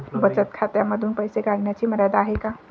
बचत खात्यांमधून पैसे काढण्याची मर्यादा आहे का?